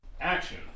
Action